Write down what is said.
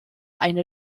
eine